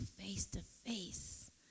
face-to-face